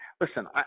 listen